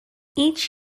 each